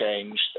changed